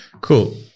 Cool